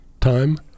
time